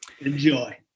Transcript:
Enjoy